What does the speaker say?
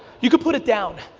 you can put it down.